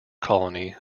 colony